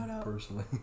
personally